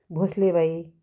भोसलेबाई